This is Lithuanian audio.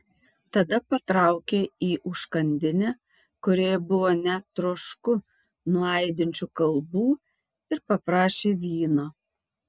tada patraukė į užkandinę kurioje buvo net trošku nuo aidinčių kalbų ir paprašė vyno